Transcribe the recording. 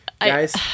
guys